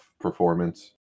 performance